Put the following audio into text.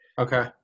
Okay